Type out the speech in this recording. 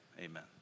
amen